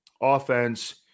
offense